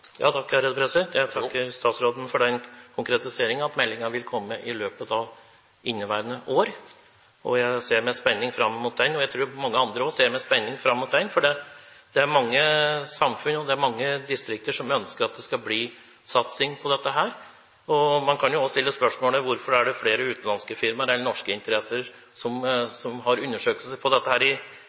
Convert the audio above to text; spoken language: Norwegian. Jeg takker statsråden for den konkretisering at meldingen vil komme i løpet av inneværende år. Jeg ser med spenning fram til den. Jeg tror at mange andre også ser med spenning fram til den, for det er mange samfunn og distrikter som ønsker at det skal bli en satsing på dette. Man kan jo også stille spørsmålet: Hvorfor er det flere utenlandske firmaer enn norske interesser som holder på med undersøkelser av dette i Norge? Jeg har vært i kontakt med flere utenlandske firmaer som både er